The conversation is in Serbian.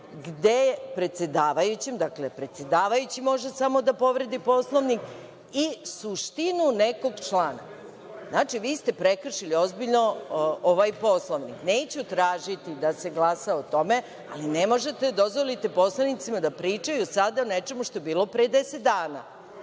se govoriti striktno gde predsedavajući može samo da povredi Poslovnik i suštinu nekog člana. Znači, vi ste prekršili ozbiljno ovaj Poslovnik. Neću tražiti da se glasa o tome, ali ne možete da dozvolite poslanicima da pričaju sada o nečemu što je bilo pre deset